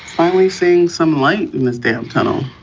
finally seeing some light in this damn tunnel.